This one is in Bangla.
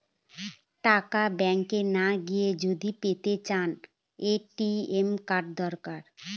টাকা ব্যাঙ্ক না গিয়ে যদি পেতে চাও, এ.টি.এম কার্ড দরকার